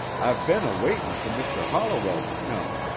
i've been a-waitin' for mr. holliwell to come.